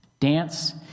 dance